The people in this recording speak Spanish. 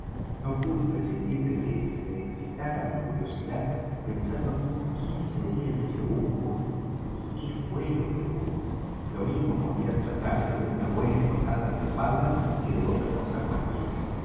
no pude prescindir de que se excitara mi curiosidad pensando quién sería el que lo hubo y qué fué lo que hubo lo mismo podía tratarse de una buena estocada en la espalda que de otra cosa cualquiera